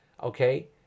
okay